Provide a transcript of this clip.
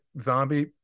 zombie